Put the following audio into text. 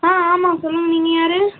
ஆ ஆமாம் சொல்லுங்கள் நீங்கள் யார்